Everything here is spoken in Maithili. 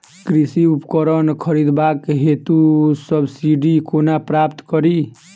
कृषि उपकरण खरीदबाक हेतु सब्सिडी कोना प्राप्त कड़ी?